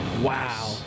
Wow